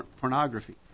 pornography